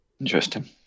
Interesting